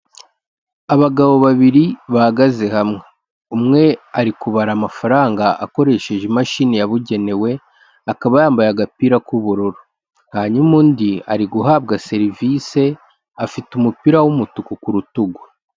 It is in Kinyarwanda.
Abagabo babiri bahagaze hamwe, umwe ari kubara amafaranga akoresheje imashini yabugenewe, akaba yambaye agapira k'ubururu, hanyuma undi ari guhabwa serivisi afite umupira w'umutuku ku rutugu.